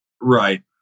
Right